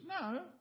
No